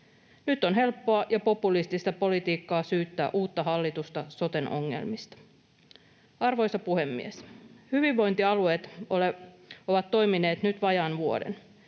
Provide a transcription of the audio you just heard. Nyt on helppoa ja populistista politiikkaa syyttää uutta hallitusta soten ongelmista. Arvoisa puhemies! Hyvinvointialueet ovat toimineet nyt vajaan vuoden.